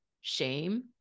shame